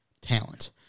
talent